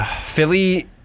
Philly